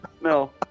No